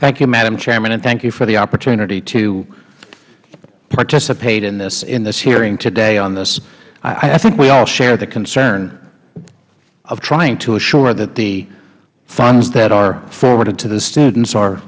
you madam chairman and thank you for the opportunity to participate in this hearing today on this i think we all share the concern of trying to assure that the funds that are forwarded to the students